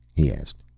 he asked.